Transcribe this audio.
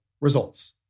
results